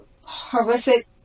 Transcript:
horrific